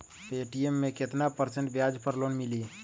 Paytm मे केतना percent ब्याज पर लोन मिली?